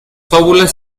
fábulas